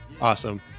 awesome